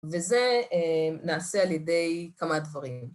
וזה נעשה על ידי כמה דברים.